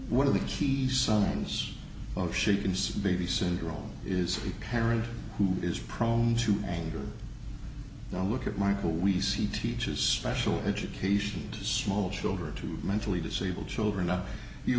one of these she signs of she can see baby syndrome is a parent who is prone to anger now look at michael we see teaches special education to small children to mentally disabled children up you